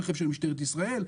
רכב של משטרת ישראל,